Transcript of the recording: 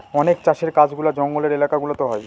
অনেক চাষের কাজগুলা জঙ্গলের এলাকা গুলাতে হয়